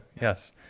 Yes